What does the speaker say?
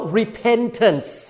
repentance